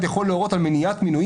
מינוי